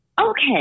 okay